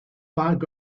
bag